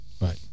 right